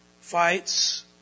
fights